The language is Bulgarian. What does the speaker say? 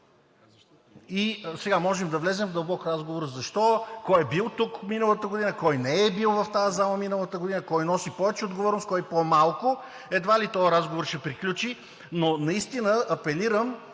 година. Можем да влезем в дълбок разговор защо, кой е бил тук миналата година, кой не е бил в тази зала миналата година, кой носи повече отговорност, кой по-малко – едва ли този разговор ще приключи, но наистина апелирам